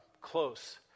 close